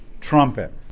trumpet